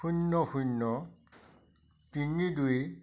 শূন্য শূন্য তিনি দুই